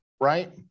right